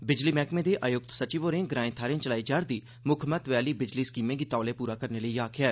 बिजली मैहकमे दे आयुक्त सचिव होरें ग्राएं थाहरें चलाई जा'रदी मुक्ख महत्व आहली बिजली स्कीमें गी तौले पूरा करने लेई आखेआ ऐ